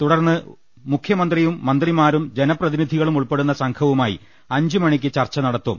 തുടർന്ന് മുഖ്യമന്ത്രിയും മന്ത്രിമാരും ജനപ്രതിനിധികളും ഉൾപ്പെടുന്ന സംഘവു മായി അഞ്ചുമണിക്ക് ചർച്ച നടത്തും